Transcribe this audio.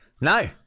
No